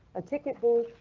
a ticket booth,